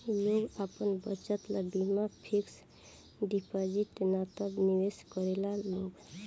लोग आपन बचत ला बीमा फिक्स डिपाजिट ना त निवेश करेला लोग